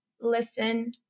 Listen